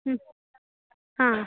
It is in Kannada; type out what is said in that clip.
ಹ್ಞೂ ಹಾಂ